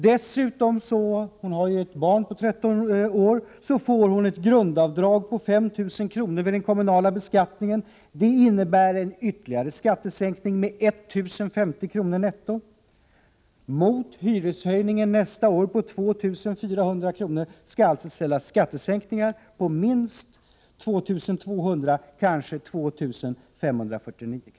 Dessutom får hon — hon har ju ett barn på 13 år — ett grundavdrag på 5 000 kr. vid den kommunala beskattningen. Detta innebär en ytterligare skattesänkning med 1 050 kr. netto. Mot hyreshöjningen nästa år på 2 400 kr. skall alltså ställas skattesänkningar på minst 2 200, kanske 2 549 kr.